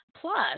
Plus